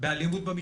באלימות במשפחה.